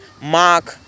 Mac